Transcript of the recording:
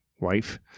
wife